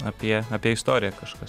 apie apie istoriją kažkas